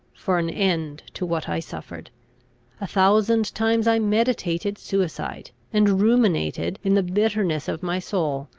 for an end to what i suffered a thousand times i meditated suicide, and ruminated, in the bitterness of my soul,